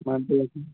birthday ଅଛେ